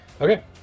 Okay